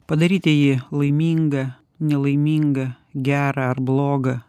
padaryti ji laimingą nelaimingą gerą ar blogą